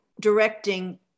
directing